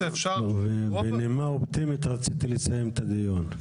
ובנימה אופטימית רציתי לסיים את הדיון.